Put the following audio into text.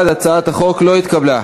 הצעת החוק לא התקבלה.